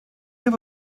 have